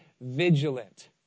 vigilant